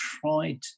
tried